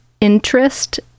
interest